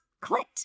clicked